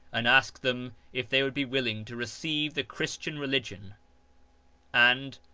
and asked them if they would be willing to receive the christian religion and,